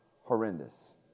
horrendous